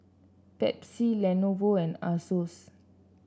Pepsi Lenovo and Asos